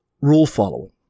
rule-following